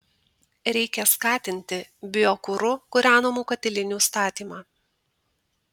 reikia skatinti biokuru kūrenamų katilinių statymą